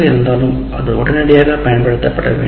இருந்தாலும் அது உடனடியாக பயன்படுத்தப்பட வேண்டும்